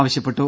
ആവശ്യപ്പെട്ടു